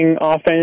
offense